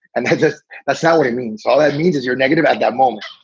and that's not what it means all that means is your negative at that moment.